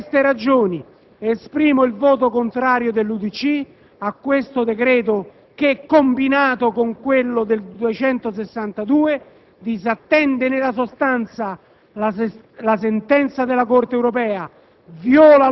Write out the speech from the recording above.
Per queste ragioni esprimo il voto contrario dell'UDC a tale decreto, che, combinato con il decreto-legge n. 262, disattende nella sostanza la sentenza della Corte europea,